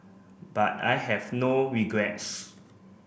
but I have no regrets